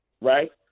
Right